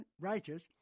righteous